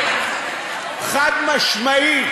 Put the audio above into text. חד-משמעית.